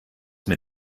mit